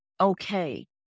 okay